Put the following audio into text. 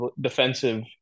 defensive